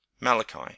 Malachi